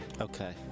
Okay